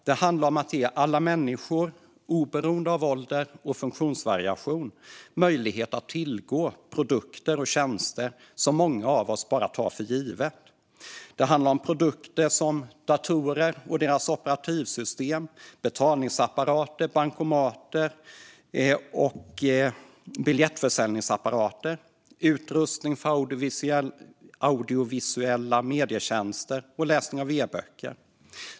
Det handlar om att ge alla människor - oberoende av ålder och funktionsvariation - möjlighet att tillgå produkter och tjänster som många av oss tar för givna. Det handlar om produkter som datorer och deras operativsystem, betalningsapparater, bankomater och biljettförsäljningsapparater, utrustning för audiovisuella medietjänster och läsning av e-böcker.